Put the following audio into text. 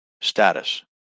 status